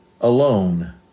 alone